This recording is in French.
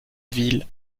ville